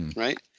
right?